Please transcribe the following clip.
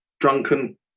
drunken